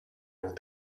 will